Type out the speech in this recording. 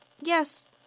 Yes